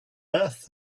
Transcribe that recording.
earth